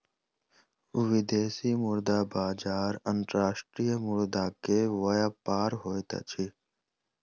विदेशी मुद्रा बजार अंतर्राष्ट्रीय मुद्रा के व्यापार होइत अछि